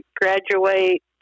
graduate